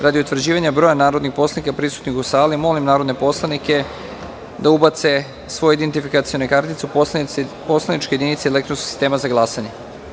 Radi utvrđivanja broja narodnih poslanika prisutnih u sali, molim narodne poslanike da ubace svoje identifikacione kartice u poslaničke jedinice elektronskog sistema za glasanje.